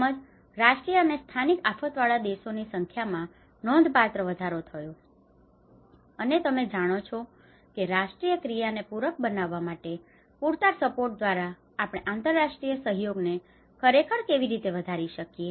તેમજ રાષ્ટ્રીય અને સ્થાનિક આફતવાળા દેશોની સંખ્યામાં નોંધપાત્ર વધારો થયો છે અને તમે જાણો છો કે રાષ્ટ્રીય ક્રિયાને પૂરક બનાવવા માટે પૂરતા સપોર્ટ દ્વારા આપણે આંતરરાષ્ટ્રીય સહયોગને ખરેખર કેવી રીતે વધારી શકીએ છીએ